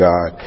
God